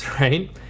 right